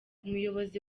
umuyobozi